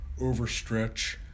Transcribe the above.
overstretch